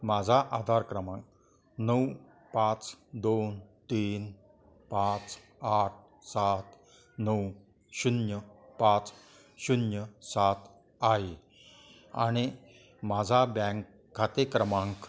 माझा आधार क्रमांक नऊ पाच दोन तीन पाच आठ सात नऊ शून्य पाच शून्य सात आहे आणि माझा बँक खाते क्रमांक